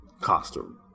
costume